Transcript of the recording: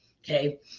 Okay